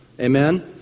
amen